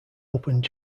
opened